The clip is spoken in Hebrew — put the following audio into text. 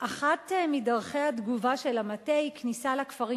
"אחת מדרכי התגובה של המטה היא כניסה לכפרים